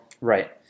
Right